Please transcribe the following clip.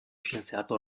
scienziato